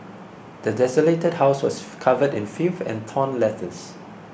the desolated house was covered in filth and torn letters